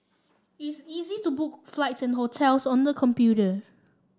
it's easy to book flights and hotels on the computer